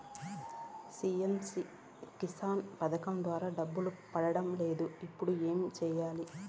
CM Kisan పథకం ద్వారా డబ్బు పడడం లేదు ఇప్పుడు ఏమి సేయాలి